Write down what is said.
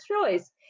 choice